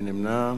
מי נמנע?